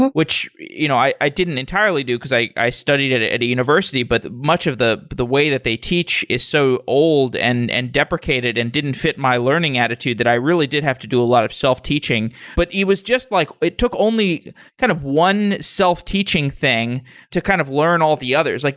and which you know i i didn't entirely do, because i i studied at a university, but much of the the way that they teach is so old and and deprecated and didn't fit my learning attitude that i really did have to do a lot of self-teaching. but it was just like it took only kind of one self-teaching thing to kind of learn all the others. like